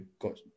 got